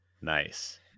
Nice